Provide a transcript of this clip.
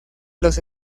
los